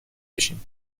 بشین